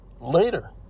later